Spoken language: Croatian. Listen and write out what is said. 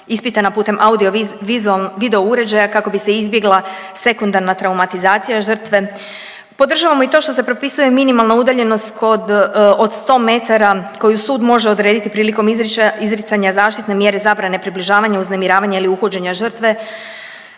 ispitana putem audio video uređaja kako bi se izbjegla sekundarna traumatizacija žrtve. Podržavamo i to što se propisuje minimalna udaljenost od 100 metara koju sud može odrediti prilikom izricanja zaštitne mjere zabrane približavanja, uznemiravanja ili uhođenja žrtve.